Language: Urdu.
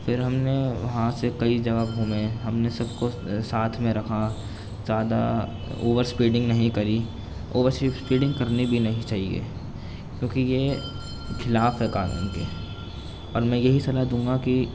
پھر ہم نے وہاں سے کئی جگہ گھومے ہم نے سب کو ساتھ میں رکھا زیادہ اوور اسپیڈنگ نہیں کری اوور اسپیڈنگ کرنی بھی نہیں چاہیے کیونکہ یہ خلاف ہے قانون کے اور میں یہی صلاح دوں گا کہ